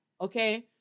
Okay